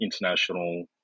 international